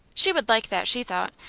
she would like that, she thought,